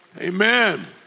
Amen